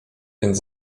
więc